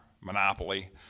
Monopoly